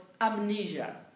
amnesia